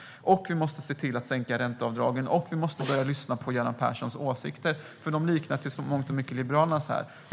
Och vi måste se till att sänka ränteavdragen. Vi måste också börja lyssna på Göran Perssons åsikter. De liknar nämligen i mångt och mycket Liberalernas när det gäller det här.